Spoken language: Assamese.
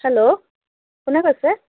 হেল্ল' কোনে কৈছে